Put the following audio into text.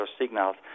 signals